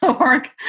work